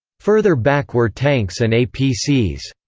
further back were tanks and apcs.